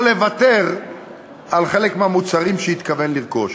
או לוותר על חלק מהמוצרים שהתכוון לרכוש.